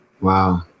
Wow